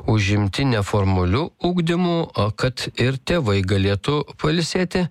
užimti neformaliu ugdymu kad ir tėvai galėtų pailsėti